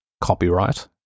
copyright